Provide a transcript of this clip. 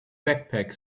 backpack